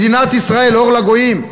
מדינת ישראל, אור לגויים.